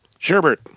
Sherbert